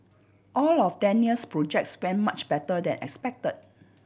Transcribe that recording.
all of Daniel's projects went much better than expect